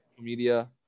media